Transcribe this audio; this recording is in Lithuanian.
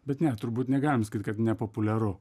bet ne turbūt negalim sakyt kad nepopuliaru